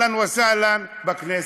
אהלן וסהלן לכנסת.